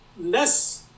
less